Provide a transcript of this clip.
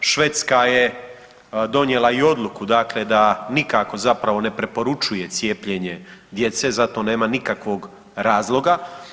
Švedska je donijela i odluku dakle da nikako zapravo ne preporučuje cijepljenje djece, za to nema nikakvog razloga.